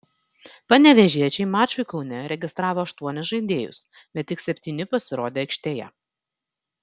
panevėžiečiai mačui kaune registravo aštuonis žaidėjus bet tik septyni pasirodė aikštėje